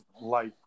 life